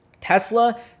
Tesla